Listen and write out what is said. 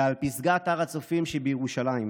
מעל פסגת הר הצופים שבירושלים.